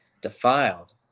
defiled